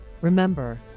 Remember